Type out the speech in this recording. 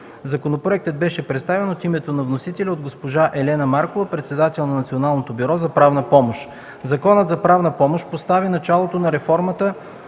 Законопроектът беше представен от името на вносителя от госпожа Елена Маркова – председател на Националното бюро за правна помощ. Законът за правната помощ постави началото на реформата